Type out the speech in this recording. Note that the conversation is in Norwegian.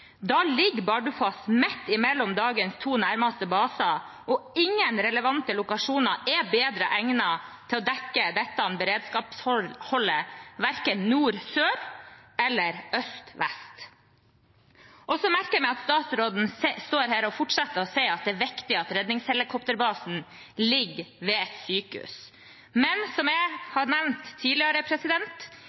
Da ligger Bardufoss midt imellom dagens to nærmeste baser, og ingen relevante lokasjoner er bedre egnet til å dekke dette beredskapshullet, verken nord-sør eller øst-vest. Så merker jeg meg at statsråden står her og fortsetter å si at det er viktig at redningshelikopterbasen ligger ved et sykehus. Men som jeg har nevnt tidligere: